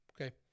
Okay